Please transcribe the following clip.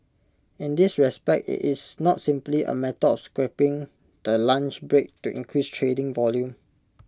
in this respect IT is not simply A matter of scrapping the lunch break to increase trading volume